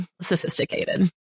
sophisticated